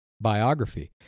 biography